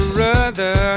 Brother